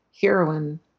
heroine